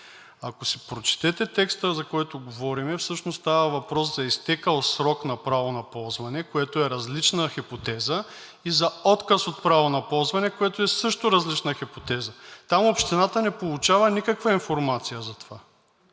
Ако си прочетете текста, за който говорим, всъщност става въпрос за изтекъл срок на право на ползване, което е различна хипотеза, и за отказ от право на ползване, което е също различна хипотеза. Там общината не получава никаква информация за това.